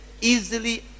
easily